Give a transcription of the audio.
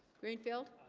greenfield